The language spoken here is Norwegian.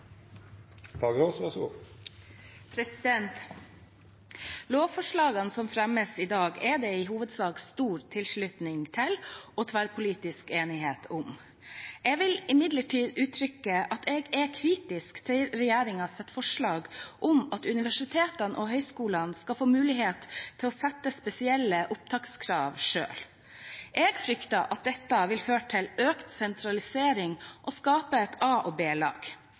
enighet om. Jeg vil imidlertid uttrykke at jeg er kritisk til regjeringens forslag om at universitetene og høyskolene skal få mulighet til å sette spesielle opptakskrav selv. Jeg frykter at dette vil føre til økt sentralisering og skape et a- og